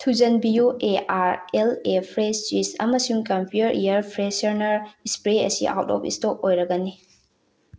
ꯊꯨꯖꯟꯕꯤꯌꯨ A R L A fresh cheese ꯑꯃꯁꯨꯡ Kempure air freshener spray ꯑꯁꯤ out of stock ꯑꯣꯏꯔꯒꯅꯤ